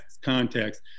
context